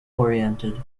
oriented